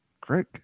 Great